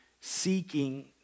seeking